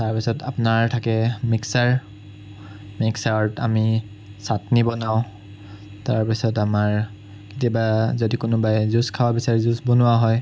তাৰপাছত আপোনাৰ থাকে মিক্সাৰ মিক্সাৰত আমি ছাট্নি বনাওঁ তাৰপিছত আমাৰ কেতিয়াবা যদি কোনোবাই জুছ খাব বিচাৰে জুছ বনোৱা হয়